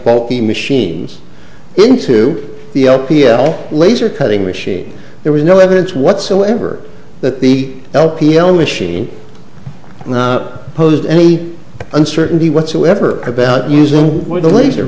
bulky machines into the l p l laser cutting machine there was no evidence whatsoever that the l p l machine and not posed any uncertainty whatsoever about using what the laser